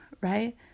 right